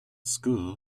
school